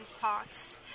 parts